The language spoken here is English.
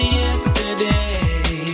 yesterday